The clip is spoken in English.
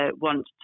want